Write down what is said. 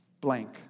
blank